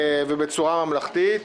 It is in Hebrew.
ויתנהלו בצורה ממלכתית.